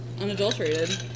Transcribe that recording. unadulterated